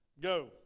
Go